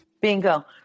Bingo